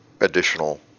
additional